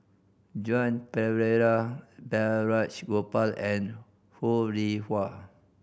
Joan Pereira Balraj Gopal and Ho Rih Hwa